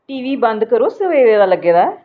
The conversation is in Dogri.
टीवी बंद करो सवेरे दा लग्गे दा ऐ